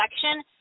section